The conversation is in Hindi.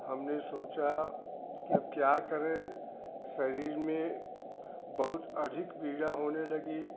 हमने सोचे कि अब क्या करें शरीर में बहुत अधिक पीड़ा होने लगी